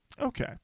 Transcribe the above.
Okay